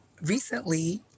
recently